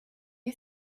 you